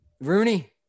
Rooney